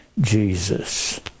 Jesus